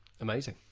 amazing